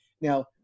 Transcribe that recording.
Now